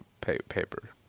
paper